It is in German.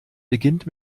beginnt